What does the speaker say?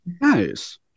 Nice